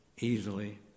easily